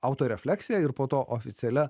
autorefleksija ir po to oficialia